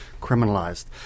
criminalized